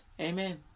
Amen